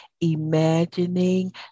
imagining